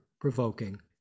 provoking